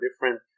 different